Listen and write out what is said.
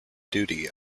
duty